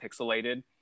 pixelated